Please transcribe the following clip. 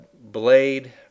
blade